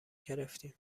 گرفتیم